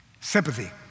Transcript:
Sympathy